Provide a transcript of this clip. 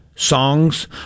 songs